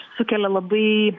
sukelia labai